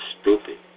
stupid